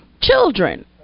Children